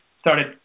started